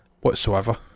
whatsoever